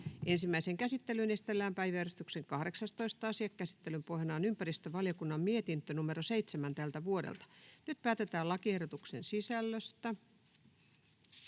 Ensimmäiseen käsittelyyn esitellään päiväjärjestyksen 14. asia. Käsittelyn pohjana on hallintovaliokunnan mietintö HaVM 19/2024 vp. Nyt päätetään lakiehdotuksen sisällöstä.